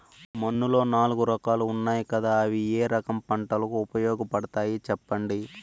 మన్నులో నాలుగు రకాలు ఉన్నాయి కదా అవి ఏ రకం పంటలకు ఉపయోగపడతాయి చెప్పండి?